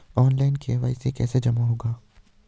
Online KYC कैसे जमा होगी?